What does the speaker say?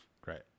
Great